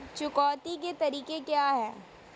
चुकौती के तरीके क्या हैं?